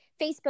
Facebook